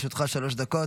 לרשותך שלוש דקות.